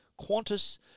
Qantas